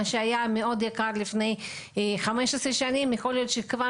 ומה שהיה מאוד יקר לפני 15 שנים יכול להיות שכבר